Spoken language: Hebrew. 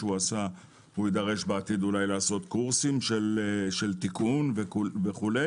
יידרש בעתיד אולי לעשות קורסים של תיקון וכו'.